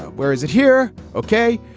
whereas it here. ok,